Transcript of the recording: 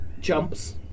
jumps